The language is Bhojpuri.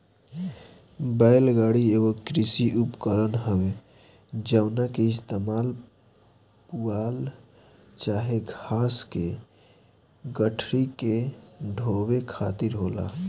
बैल गाड़ी एगो कृषि उपकरण हवे जवना के इस्तेमाल पुआल चाहे घास के गठरी के ढोवे खातिर होला